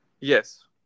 Yes